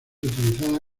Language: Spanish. utilizada